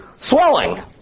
swelling